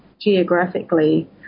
geographically